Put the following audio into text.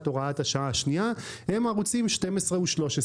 הוראת השעה השנייה הם ערוצים 12 ו-13,